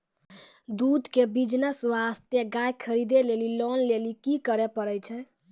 दूध के बिज़नेस वास्ते गाय खरीदे लेली लोन लेली की करे पड़ै छै?